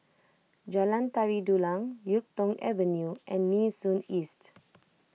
Jalan Tari Dulang Yuk Tong Avenue and Nee Soon East